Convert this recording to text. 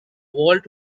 vault